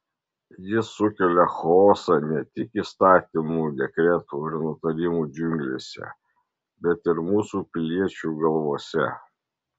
jis sukelia chaosą ne tik įstatymų dekretų ir nutarimų džiunglėse bet ir mūsų piliečių galvose